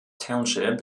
township